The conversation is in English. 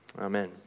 Amen